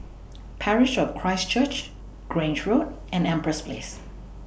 Parish of Christ Church Grange Road and Empress Place